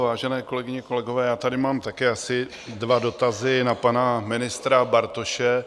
Vážené kolegyně, kolegové, já tady mám také asi dva dotazy na pana ministra Bartoše.